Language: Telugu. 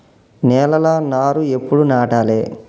నేలలా నారు ఎప్పుడు నాటాలె?